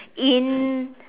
in